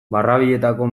barrabiletako